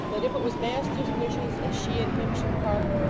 that if it was master's wishes as she and him should part,